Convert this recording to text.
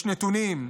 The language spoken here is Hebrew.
יש נתונים.